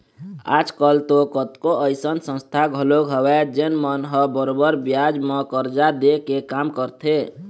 आज कल तो कतको अइसन संस्था घलोक हवय जेन मन ह बरोबर बियाज म करजा दे के काम करथे